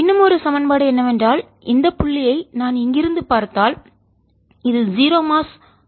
இன்னும் ஒரு சமன்பாடு என்னவென்றால் இந்த புள்ளியை நான் இங்கிருந்து பார்த்தால் இது ஸிரோ மாஸ் பூஜ்ஜிய நிறை